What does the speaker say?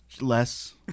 Less